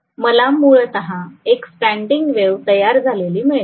मला मूलतः एक स्टँडिंग वेव्ह तयार झालेली मिळेल